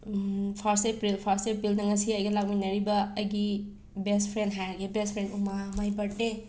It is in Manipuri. ꯐꯥꯁꯠ ꯑꯦꯄ꯭ꯔꯤꯜ ꯐꯥꯁꯠ ꯑꯦꯄ꯭ꯔꯤꯜꯅ ꯉꯁꯤ ꯑꯩꯒ ꯂꯥꯛꯃꯤꯟꯅꯔꯤꯕ ꯑꯩꯒꯤ ꯕꯦꯁꯠ ꯐ꯭ꯔꯦꯟ ꯍꯥꯏꯔꯗꯤ ꯕꯦꯁꯠ ꯐ꯭ꯔꯦꯟ ꯎꯃꯥ ꯃꯥꯒꯤ ꯕꯔꯗꯦ